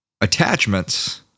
Attachments